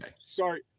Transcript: sorry